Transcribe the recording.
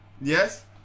yes